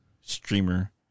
streamer